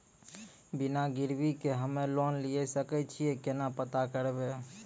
बिना गिरवी के हम्मय लोन लिये सके छियै केना पता करबै?